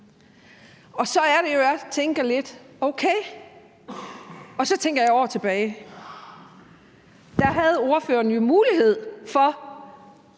Så er det jo, at jeg tænker: Okay. Og så tænker jeg et år tilbage, for der havde ordføreren jo mulighed for